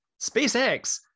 SpaceX